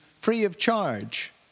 free-of-charge